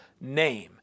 name